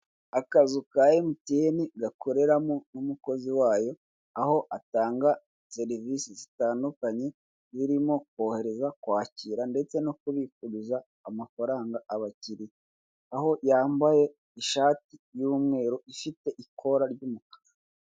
Akazu ka emutiyene gakoreramo umukozi wayo aho atanga serivise zitandukanye, zirimo kohereza kwakira ndetse no kubikuza amafaranga abakiriya aho yambaye ishati y'umweru ifite ikora ry'umukara.